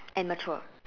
and mature